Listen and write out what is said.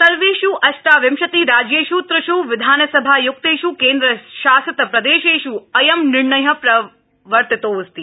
सर्वेष् अष्टाविंशति राज्येष् त्रिष् विधानसभायुक्तेष् केन्द्रशासितप्रदेशेष् अयं निर्णय प्रवर्तितोऽस्ति